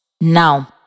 Now